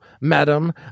madam